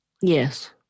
Yes